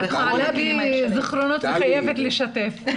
זיכרונות שאני חייבת לשתף.